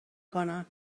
کنن